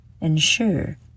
ensure